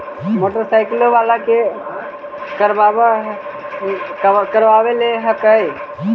मोटरसाइकिलवो के करावे ल हेकै?